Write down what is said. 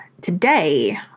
today